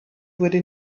wurde